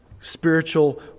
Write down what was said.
spiritual